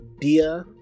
Dia